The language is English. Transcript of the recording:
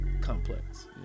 Complex